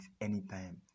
anytime